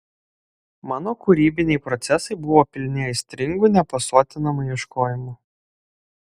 mano kūrybiniai procesai buvo pilni aistringų nepasotinamų ieškojimų